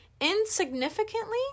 Insignificantly